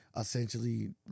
essentially